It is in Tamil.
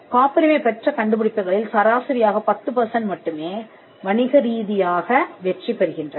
காப்புரிமை பெற்ற கண்டுபிடிப்புகளில் சராசரியாக 10 மட்டுமே வணிகரீதியாக வெற்றி பெறுகின்றன